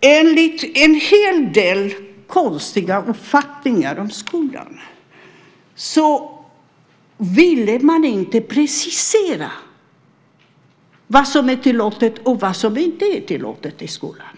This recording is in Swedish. enligt en hel del konstiga uppfattningar om skolan ville man inte precisera vad som är tillåtet och vad som inte är tillåtet i skolan.